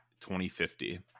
2050